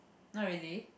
not really